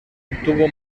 obtuvo